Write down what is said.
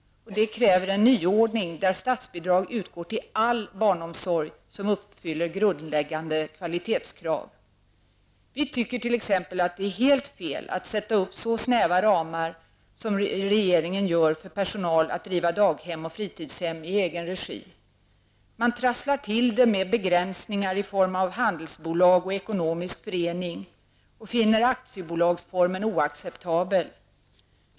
Det kräver en nyordning där statsbidrag utgår till all barnomsorg som uppfyller grundläggande kvalitetskrav. Vi anser t.ex. att det är fel att sätta upp så snäva ramar för personal att driva daghem och fritidshem i egen regi som regeringen gör. Man trasslar till det med begränsningar i form av krav på handelsbolag och ekonomisk förening, och man finner aktiebolagsformen oacceptabel.